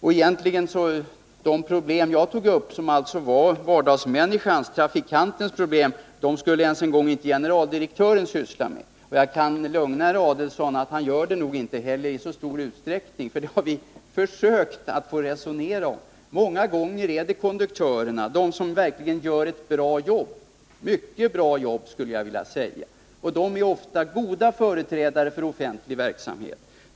De problem som jag tog upp — vardagsmänniskans, trafikantens Om vissa missförproblem — skulle inte ens generaldirektören syssla med. Jag kan lugna herr — hållanden i SJ:s Adelsohn med att han nog inte heller gör det i så stor utsträckning. Vi har tågtrafik försökt att få resonera om det. Många gånger är det konduktörerna som får göra det, och de gör verkligen ett mycket bra jobb. De är ofta goda företrädare för offentlig verksamhet.